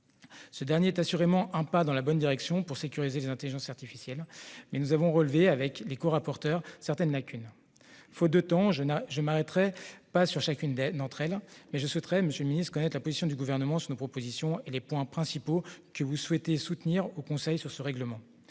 Ce dernier est assurément un pas dans la bonne direction pour sécuriser les intelligences artificielles, mais mes corapporteurs et moi avons relevé certaines lacunes. Faute de temps, je ne m'arrêterai pas sur chacune d'entre elles, mais je souhaiterais, monsieur le ministre, connaître la position du Gouvernement sur nos propositions, ainsi que les points principaux que vous souhaitez soutenir au Conseil au sein de ce règlement.